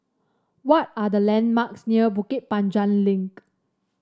what are the landmarks near Bukit Panjang Link